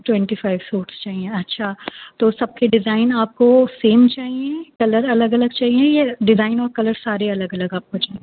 twenty five suits چاہئیں اچھا تو سب کے ڈیزائن آپ کو سیم چاہئیں کلر الگ الگ چاہیے یا ڈیزائن اور کلر سارے الگ الگ آپ کو چاہیے